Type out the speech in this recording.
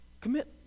commit